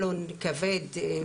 כבד,